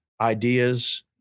ideas